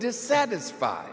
dissatisfied